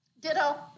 Ditto